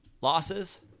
losses